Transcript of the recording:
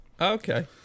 Okay